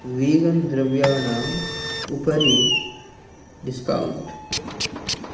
vegan द्रव्याणाम् उपरि discount